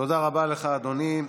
תודה רבה לך, אדוני.